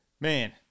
man